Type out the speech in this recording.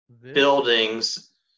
buildings